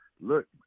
Look –